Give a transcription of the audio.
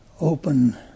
open